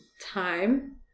time